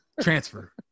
Transfer